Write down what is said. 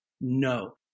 No